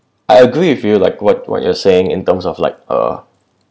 I agree with you like what what you're saying in terms of like uh